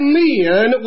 men